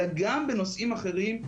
אלא גם בנושאים אחרים,